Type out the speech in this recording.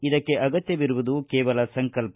ಇದಕ್ಕೆ ಅಗತ್ಯವಿರುವುದು ಕೇವಲ ಸಂಕಲ್ಪ